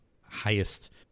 highest